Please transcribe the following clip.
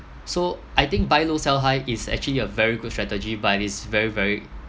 so I think buy low sell high is actually a very good strategy but it's very very